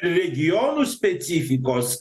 ir regionų specifikos